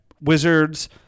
Wizards